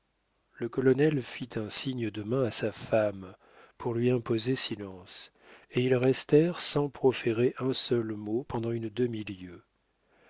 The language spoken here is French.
le colonel fit un signe de main à sa femme pour lui imposer silence et ils restèrent sans proférer un seul mot pendant une